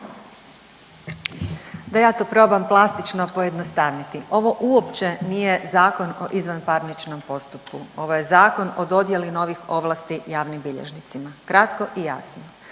Da ja to probam plastično pojednostavniti, ovo uopće nije Zakon o izvanparničnom postupku, ovo je zakon o dodjeli novih ovlasti javnim bilježnicima, kratko i jasno.